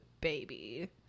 baby